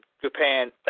Japan